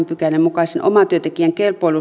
pykälän mukaisen omatyöntekijän